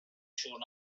شور